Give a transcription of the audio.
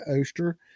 Oster